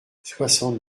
soixante